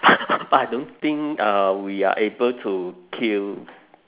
I don't think uh we are able to kill